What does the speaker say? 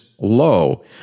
low